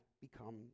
become